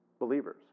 believers